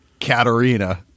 Katerina